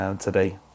today